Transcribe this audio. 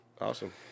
Awesome